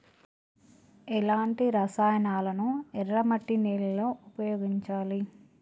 ఎలాంటి రసాయనాలను ఎర్ర మట్టి నేల లో ఉపయోగించాలి?